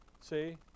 See